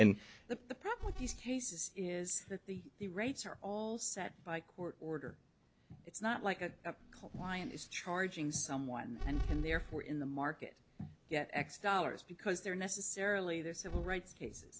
cases is that the rates are set by court order it's not like a client is charging someone and therefore in the market get x dollars because they're necessarily the civil rights cases